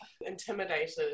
intimidated